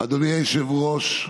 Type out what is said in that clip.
אדוני היושב-ראש,